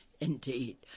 indeed